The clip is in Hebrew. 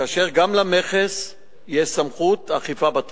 כאשר גם למכס יש סמכות אכיפה בתחום.